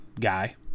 guy